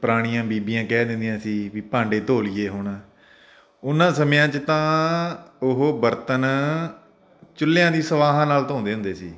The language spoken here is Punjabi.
ਪੁਰਾਣੀਆਂ ਬੀਬੀਆਂ ਕਹਿ ਦਿੰਦੀਆਂ ਸੀ ਵੀ ਭਾਂਡੇ ਧੋ ਲਈਏ ਹੁਣ ਉਹਨਾਂ ਸਮਿਆਂ 'ਚ ਤਾਂ ਉਹ ਬਰਤਨ ਚੁੱਲ੍ਹਿਆ ਦੀ ਸਵਾਹਾਂ ਨਾਲ ਧੋਂਦੇ ਹੁੰਦੇ ਸੀ